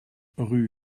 rue